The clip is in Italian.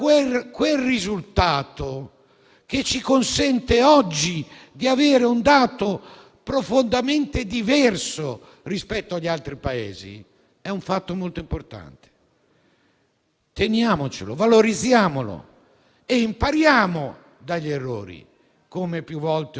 ma non è in discussione la libertà dei cittadini. Oggi non stiamo parlando di *lockdown*, non stiamo parlando di messa in discussione di questi elementi, stiamo cercando di trovare il modo migliore